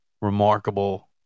remarkable